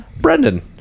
Brendan